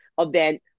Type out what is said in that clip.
event